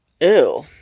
Ew